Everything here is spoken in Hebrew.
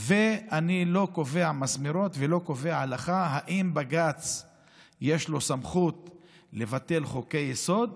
אני לא קובע מסמרות ולא קובע הלכה אם לבג"ץ יש סמכות לבטל חוקי יסוד,